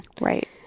right